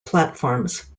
platforms